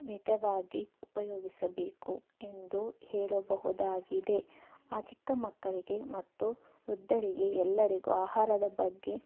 ಮಿತವಾಗಿ ಉಪಯೋಗಿಸಬೇಕು ಎಂದು ಹೇಳಬಹುದಾಗಿದೆ ಆ ಚಿಕ್ಕ ಮಕ್ಕಳಿಗೆ ಮತ್ತು ವೃದ್ಧರಿಗೆ ಎಲ್ಲರಿಗೂ ಆಹಾರದ ಬಗ್ಗೆ